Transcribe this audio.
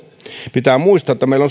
pitää muistaa että meillä